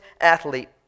athlete